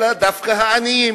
אלא דווקא העניים.